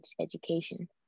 education